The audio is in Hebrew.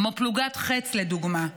כמו פלוגת ח"ץ לדוגמה.